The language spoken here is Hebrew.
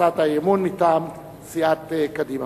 הצעת האי-אמון מטעם סיעת קדימה,